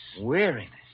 Weariness